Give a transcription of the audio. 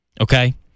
Okay